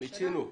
מיצינו.